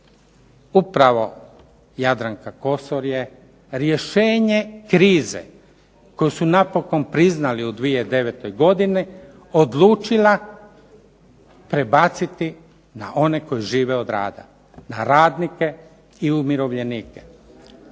upravo Jadranka Kosor je rješenje krize koju su napokon priznali u 2009. godini odlučila prebaciti na one koji žive od rada, na radnike i umirovljenike.